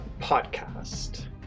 podcast